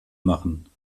machen